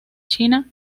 china